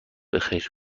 بخیر